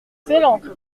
excellente